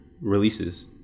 releases